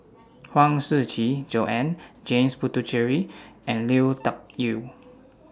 Huang Shiqi Joan James Puthucheary and Lui Tuck Yew